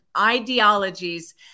ideologies